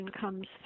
comes